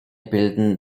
bilden